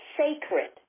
sacred